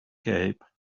cape